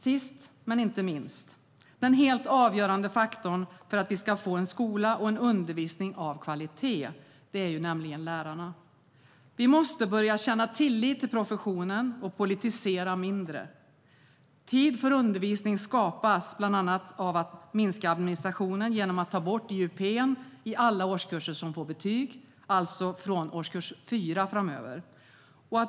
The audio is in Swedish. Sist men inte minst handlar det om den helt avgörande faktorn för att vi ska få en skola och en undervisning med kvalitet, nämligen lärarna. Vi måste börja känna tillit till professionen och politisera mindre. Tid för undervisning skapas bland annat av att man minskar administrationen genom att ta bort IUP:n i alla årskurser som får betyg, alltså från årskurs 4, framöver.